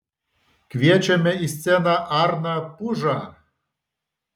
kviečiame į sceną arną pužą